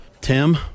Tim